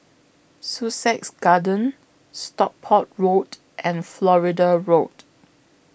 Sussex Garden Stockport Road and Florida Road